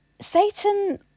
satan